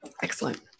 Excellent